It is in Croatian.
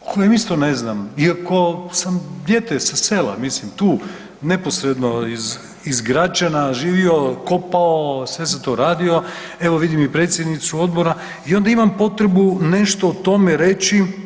o kojem isto ne znam, iako sam dijete sa sela mislim tu neposredno iz Gračana živio, kopao sve sam to radio, evo vidim i predsjednicu odbora i onda imam potrebu nešto o tome reći.